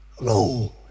no